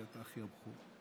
כי אתה אחי הבכור.